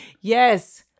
Yes